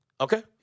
Okay